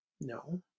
No